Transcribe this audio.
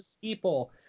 people